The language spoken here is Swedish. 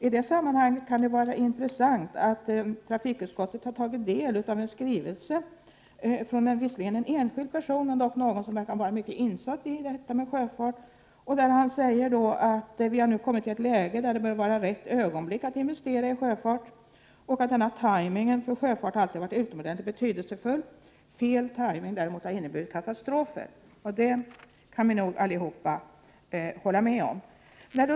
I det sammanhanget kan det vara intressant att nämna att trafikutskottet har tagit del av en skrivelse — visserligen från en enskild person, men han verkar vara mycket insatt i detta med sjöfart. Han säger: ”Vi har nu alltså kommit till ett läge då det bör vara rätt ögonblick att investera i sjöfart. ——— Rätt ”timing” har i sjöfart alltid varit utomordentligt betydelsefullt. Fel timing” har ofta inneburit katastrofer.” Detta kan vi nog allihop hålla med om.